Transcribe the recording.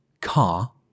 car